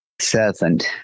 servant